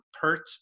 pert